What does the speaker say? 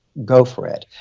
go for it.